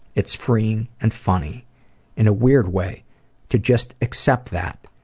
it's freeing and funny in a weird way to just accept that.